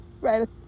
right